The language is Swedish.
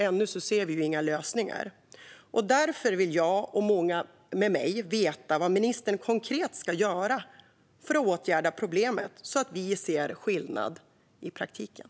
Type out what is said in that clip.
Ännu ser vi inga lösningar. Därför vill jag och många med mig veta vad ministern konkret ska göra för att åtgärda problemet, så att vi ser skillnad i praktiken.